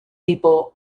people